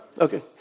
Okay